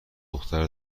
دختر